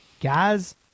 Guys